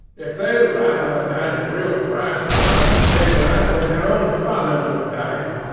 if they laugh at a man in real brass armour, they'd laugh when their own fathers were dying.